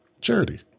charity